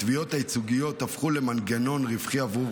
התביעות הייצוגיות הפכו למנגנון רווחי בעבור